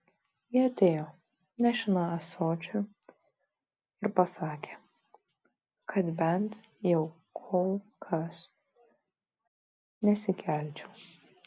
ji atėjo nešina ąsočiu ir pasakė kad bent jau kol kas nesikelčiau